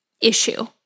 issue